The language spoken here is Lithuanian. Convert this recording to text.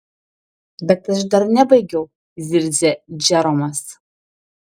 bet aš dar nebaigiau zirzė džeromas